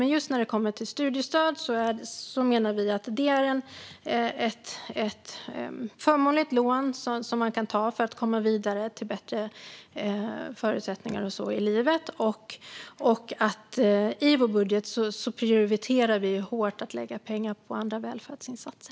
Men just när det gäller studiestöd menar vi att det är ett förmånligt lån för att komma vidare till bättre förutsättningar i livet. I vår budget prioriterar vi hårt att lägga pengar på andra välfärdsinsatser.